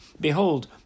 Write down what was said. Behold